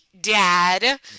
dad